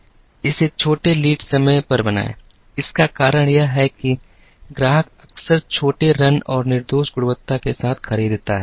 इसे छोटे लीड समय पर बनाएं इसका कारण यह है कि ग्राहक अक्सर छोटे रन और निर्दोष गुणवत्ता के साथ खरीदता है